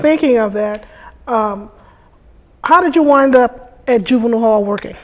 thinking of there how did you wind up a juvenile hall working